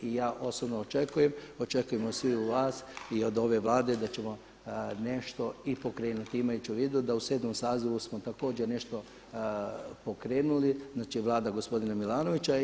I ja osobno očekujem, očekujem od sviju vas i ove Vlade da ćemo nešto i pokrenuti imajući u vidu da u 7. sazivu smo također nešto pokrenuli, znači Vlada gospodina Milanovića.